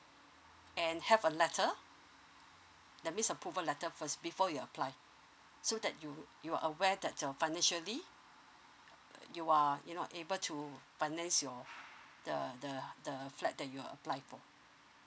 and have a letter that means approval letter first before you apply so that you you are aware that you're financially you are you know able to finance your the the the flat that you're apply for